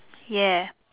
ya